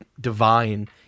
divine